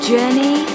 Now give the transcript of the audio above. Journey